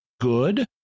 good